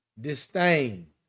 Disdain